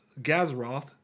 Gazroth